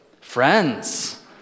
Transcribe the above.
Friends